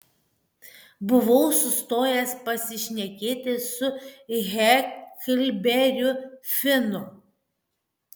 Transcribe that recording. buvau sustojęs pasišnekėti su heklberiu finu